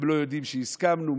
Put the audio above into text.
הם לא יודעים שהסכמנו,